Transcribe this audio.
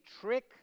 trick